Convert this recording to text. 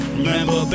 Remember